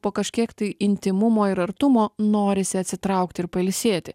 po kažkiek tai intymumo ir artumo norisi atsitraukti ir pailsėti